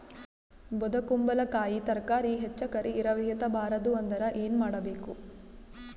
ಬೊದಕುಂಬಲಕಾಯಿ ತರಕಾರಿ ಹೆಚ್ಚ ಕರಿ ಇರವಿಹತ ಬಾರದು ಅಂದರ ಏನ ಮಾಡಬೇಕು?